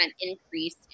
increase